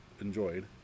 enjoyed